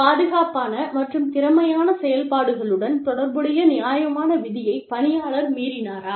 பாதுகாப்பான மற்றும் திறமையான செயல்பாடுகளுடன் தொடர்புடைய நியாயமான விதியை பணியாளர் மீறினாரா